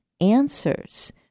answers